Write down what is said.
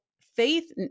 faith